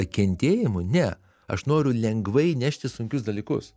kentėjimu ne aš noriu lengvai nešti sunkius dalykus